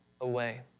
away